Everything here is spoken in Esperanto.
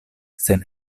sen